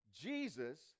Jesus